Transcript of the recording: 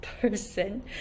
person